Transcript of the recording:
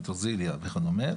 פטרוזיליה וכדומה,